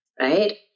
right